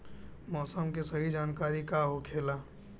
मौसम के सही जानकारी का होखेला?